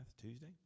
Tuesday